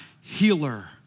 healer